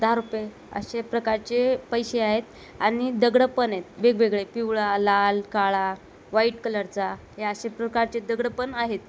दहा रुपये असे प्रकारचे पैसे आहेत आणि दगडं पण आहेत वेगवेगळे पिवळा लाल काळा व्हाईट कलर चा या अशे प्रकारचे दगडं पण आहेत